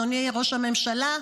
אדוני ראש הממשלה,